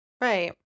Right